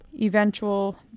eventual